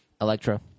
Electro